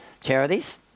charities